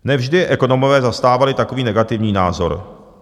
Ne vždy ekonomové zastávali takový negativní názor.